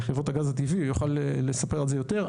הוא יוכל לספר על זה יותר,